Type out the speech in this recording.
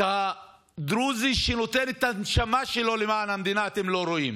את הדרוזי שנותן את הנשמה שלו למען המדינה אתם לא רואים